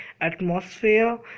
atmosphere